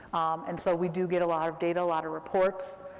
and so we do get a lot of data, a lot of reports.